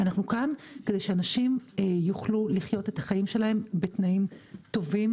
אנחנו כאן כדי שאנשים יוכלו לחיות את החיים שלהם בתנאים טובים,